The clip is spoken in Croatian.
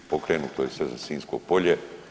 Pokrenuto je sve za Sinjsko polje.